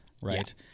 Right